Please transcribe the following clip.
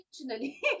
originally